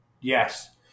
yes